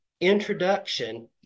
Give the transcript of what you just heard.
introduction